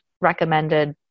recommended